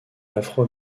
afro